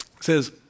says